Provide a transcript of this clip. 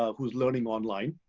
ah who's learning online.